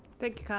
thank you,